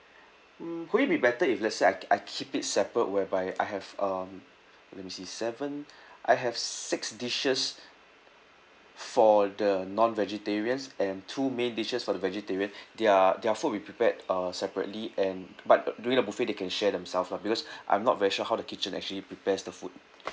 hmm would it be better if let's say I I keep it separate whereby I have um let me see seven I have six dishes for the non-vegetarians and two main dishes for the vegetarian their their food we'll prepare uh separately and but during the buffet they can share themselves lah because I'm not very sure how the kitchen actually prepares the food